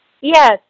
Yes